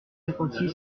cinquante